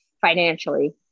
financially